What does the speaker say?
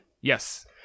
Yes